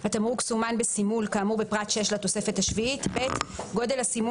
(א)התמרוק סומן בסימול כאמור בפרט 6 לתוספת השביעית,(ב) גודל הסימון